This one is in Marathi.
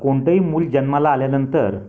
कोणतंही मूल जन्माला आल्यानंतर